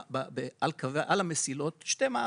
יש על המסילות שתי מערכות.